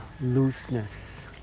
looseness